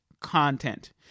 content